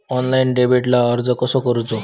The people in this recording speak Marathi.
ऑनलाइन डेबिटला अर्ज कसो करूचो?